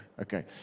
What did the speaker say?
Okay